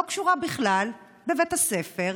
שלא קשורה בכלל בבית הספר,